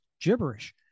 gibberish